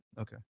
Okay